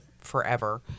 forever